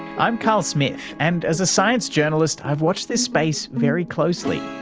i'm carl smith, and as a science journalist i've watched this space very closely.